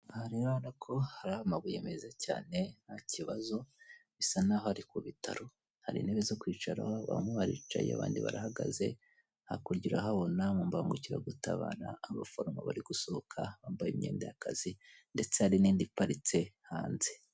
Aha rero urabona ko hari amabuye meza cyane nta kibazo bisa n'aho ari ku bitaro, hari intebe zo kwicaraho bamwe baricaye abandi barahagaze, hakurya urahabona mu mbangukira gutabara abaforomo bari gusohoka bambaye imyenda y'akazi ndetse hari n'indi iparitse hanze.